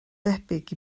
debyg